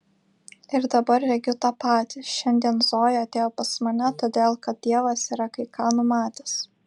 ir dabar regiu tą patį šiandien zoja atėjo pas mane todėl kad dievas yra kai ką numatęs